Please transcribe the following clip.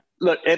Look